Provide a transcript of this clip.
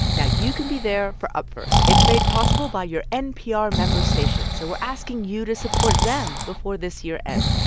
now you can be there for up first. it's made possible by your npr member station. so we're asking you to support them before this year ends.